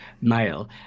male